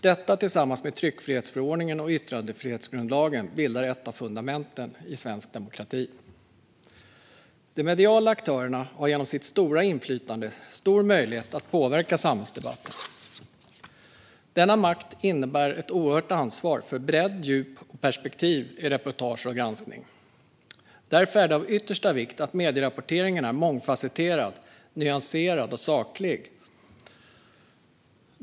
Detta bildar tillsammans med tryckfrihetsförordningen och yttrandefrihetsgrundlagen ett av fundamenten i svensk demokrati. De mediala aktörerna har genom sitt stora inflytande stor möjlighet att påverka samhällsdebatten. Denna makt innebär ett oerhört ansvar för bredd, djup och perspektiv i reportage och granskning. Därför är det av yttersta vikt att medierapporteringen är mångfasetterad, nyanserad och saklig.